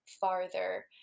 farther